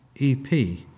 EP